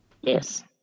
Yes